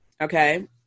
okay